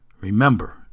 Remember